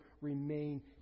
remain